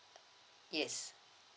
yes